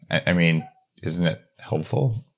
i mean isn't it helpful?